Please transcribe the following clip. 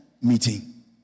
meeting